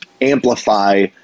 amplify